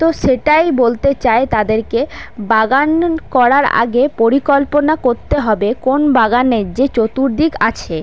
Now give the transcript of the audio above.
তো সেটাই বলতে চাই তাদেরকে বাগান করার আগে পরিকল্পনা করতে হবে কোন বাগানের যে চতুর্দিক আছে